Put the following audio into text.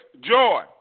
joy